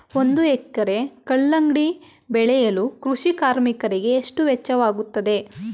ಒಂದು ಎಕರೆ ಕಲ್ಲಂಗಡಿ ಬೆಳೆಯಲು ಕೃಷಿ ಕಾರ್ಮಿಕರಿಗೆ ಎಷ್ಟು ವೆಚ್ಚವಾಗುತ್ತದೆ?